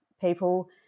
people